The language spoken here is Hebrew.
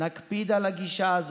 נקפיד על הגישה הזאת.